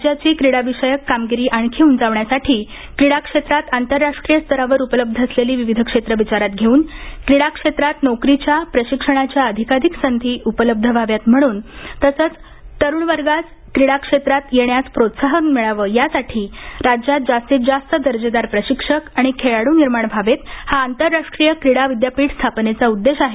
राज्याची क्रीडा विषयक कामगिरी आणखी उंचावण्यासाठी क्रीडा क्षेत्रात आंतरराष्ट्रीय स्तरावर उपलब्ध असलेली विविध क्षेत्रे विचारात घेऊन क्रीडा क्षेत्रात नोकरीच्या प्रशिक्षणाच्या अधिकाधिक संधी उपलब्ध व्हाव्यात आणि तरुण वर्गास क्रीडा क्षेत्रात येण्यास प्रोत्साहन मिळावे या अनुषंगाने राज्यात जास्तीत जास्त दर्जेदार प्रशिक्षक आणि खेळाडू निर्माण व्हावेत हा आंतरराष्ट्रीय क्रीडा विद्यापीठ स्थापनेचा उद्देश आहे